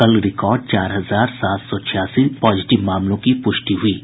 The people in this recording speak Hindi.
कल रिकॉर्ड चार हजार सात सौ छियासी पॉजिटिव मामलों की पुष्टि हुई है